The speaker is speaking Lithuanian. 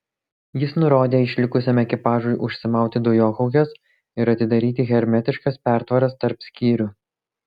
jis nurodė išlikusiam ekipažui užsimauti dujokaukes ir atidaryti hermetiškas pertvaras tarp skyrių